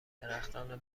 درختان